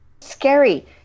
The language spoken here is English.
scary